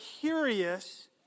curious